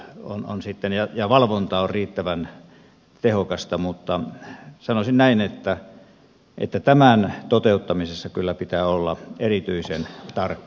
onhan sitten ja ja valvonta on riittävän tehokasta mutta sanoisin näin että tämän toteuttamisessa kyllä pitää olla erityisen tarkka